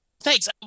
thanks